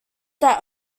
that